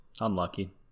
Unlucky